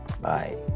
Bye